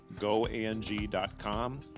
GoANG.com